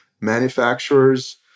manufacturers